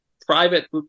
private